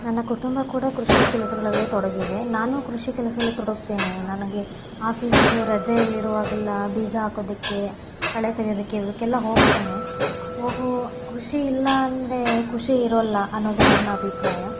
ನನ್ನ ಕುಟುಂಬ ಕೂಡ ಕೃಷಿ ಕೆಲಸಗಳಲ್ಲೇ ತೊಡಗಿದೆ ನಾನು ಕೃಷಿ ಕೆಲಸದಲ್ಲೇ ತೊಡಗ್ತೀನಿ ನನಗೆ ಆಫೀಸ್ ರಜೆಯಲ್ಲಿರುವಾಗೆಲ್ಲ ಬೀಜ ಹಾಕೋದಕ್ಕೆ ಕಳೆ ತೆಗೆಯೋದಕ್ಕೆ ಇವಕ್ಕೆಲ್ಲ ಹೋಗ್ತೇನೆ ಹೋಗು ಕೃಷಿ ಇಲ್ಲ ಅಂದರೆ ಖುಷಿ ಇರೋಲ್ಲ ಅನ್ನೋದು ನನ್ನ ಅಭಿಪ್ರಾಯ